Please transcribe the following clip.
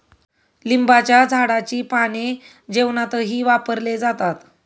लिंबाच्या झाडाची पाने जेवणातही वापरले जातात